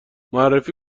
معرفی